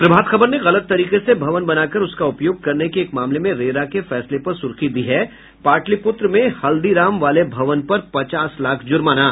प्रभात खबर ने गलत तरीके से भवन बनाकर उसका उपयोग करने के एक मामले में रेरा के फैसले पर सुर्खी दी है पाटलिपुत्र में हल्दीराम वाले भवन पर पचास लाख ज़र्माना